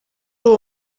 uwo